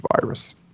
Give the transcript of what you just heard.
virus